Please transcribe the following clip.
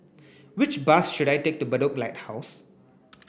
which bus should I take to Bedok Lighthouse